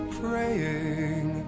praying